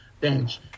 bench